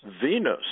Venus